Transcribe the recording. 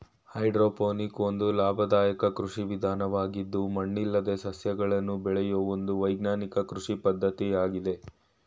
hydroponic ಒಂದು ಲಾಭದಾಯಕ ಕೃಷಿ ವಿಧಾನವಾಗಿದ್ದು ಮಣ್ಣಿಲ್ಲದೆ ಸಸ್ಯಗಳನ್ನು ಬೆಳೆಯೂ ಒಂದು ವೈಜ್ಞಾನಿಕ ಕೃಷಿ ಪದ್ಧತಿಯಾಗಿದೆ